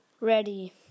Ready